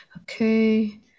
Okay